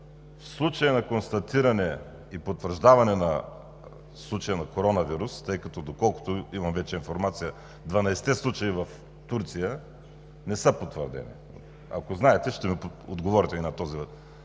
в случай на констатиране и потвърждаване на случаи на коронавирус, тъй като, доколкото имам информация, 12-те случая в Турция не са потвърдени? Ако знаете, отговорете ми и на този